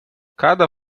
cada